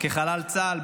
כחלל צה"ל,